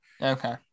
Okay